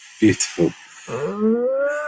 Beautiful